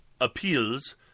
Appeals